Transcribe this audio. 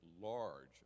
large